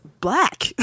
black